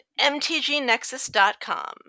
mtgnexus.com